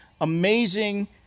amazing